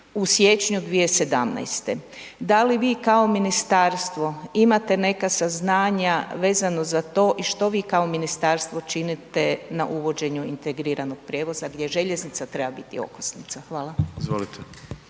u siječnju 2017. Da li vi kao ministarstvo imate neka saznanja vezano za to i što vi kao ministarstvo činite na uvođenju integriranog prijevoza gdje željeznica treba biti okosnica? Hvala.